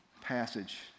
passage